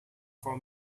for